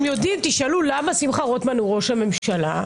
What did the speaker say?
תשאלו למה שמחה רוטמן הוא ראש הממשלה,